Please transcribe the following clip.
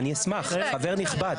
אני אשמח, חבר נכבד.